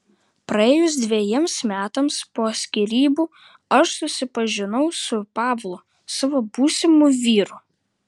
praėjus dvejiems metams po skyrybų aš susipažinau su pavlu savo būsimu vyru